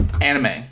anime